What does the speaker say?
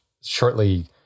shortly